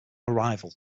arrival